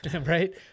right